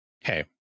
hey